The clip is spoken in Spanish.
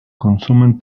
consumen